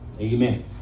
Amen